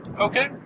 Okay